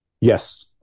Yes